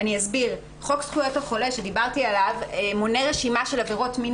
חוק זכויות החולה שדיברתי עליו מונה רשימה של עבירות מין